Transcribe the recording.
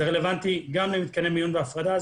זה רלוונטי למתקני מיון והפרדה,